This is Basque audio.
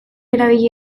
erabili